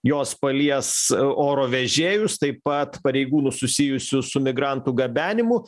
jos palies oro vežėjus taip pat pareigūnus susijusius su migrantų gabenimu